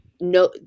No